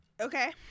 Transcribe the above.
Okay